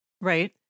Right